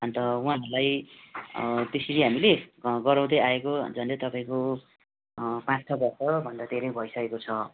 अन्त उहाँहरूलाई त्यसरी हामीले गराउँदै आएको झन्डै तपाईँको पाँच छ वर्ष भन्दा धेरै भइसकेको छ